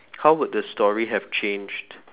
how would the story have changed